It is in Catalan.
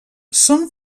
són